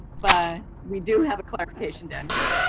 but we do have a clarification down here.